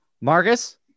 Marcus